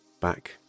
back